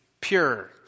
pure